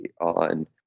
on